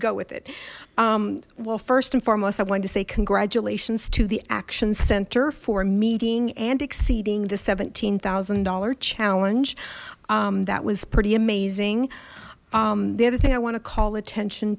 go with it well first and foremost i wanted to say congratulations to the action center for meeting and exceeding the seventeen thousand dollars challenge that was pretty amazing the other thing i want to call attention